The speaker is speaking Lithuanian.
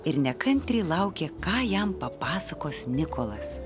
ir nekantriai laukė ką jam papasakos nikolas